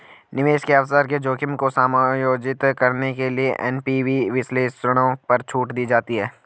निवेश के अवसर के जोखिम को समायोजित करने के लिए एन.पी.वी विश्लेषणों पर छूट दी जाती है